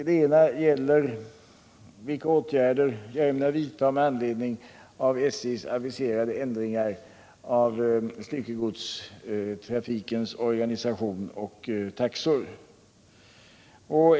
Den ena frågan gäller vilka åtgärder jag ämnar vidta med anledning av SJ:s aviserade ändringar i styckegodstrafikens organisation och taxor.